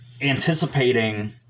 anticipating